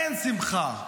אין שמחה.